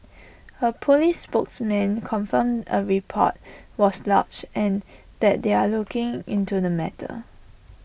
A Police spokesman confirmed A report was lodged and that they were looking into the matter